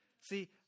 See